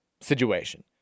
situation